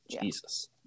Jesus